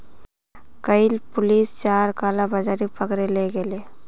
कइल पुलिस चार कालाबाजारिक पकड़े ले गेले